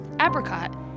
apricot